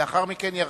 לאחר מכן ירחיב.